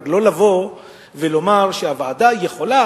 רק לא לבוא ולומר שהוועדה יכולה,